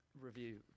review